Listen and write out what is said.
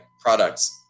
products